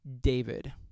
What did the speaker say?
David